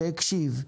שהקשיב,